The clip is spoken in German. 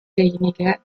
derjenige